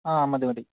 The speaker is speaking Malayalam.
ആ മതി മതി